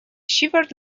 shivered